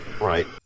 Right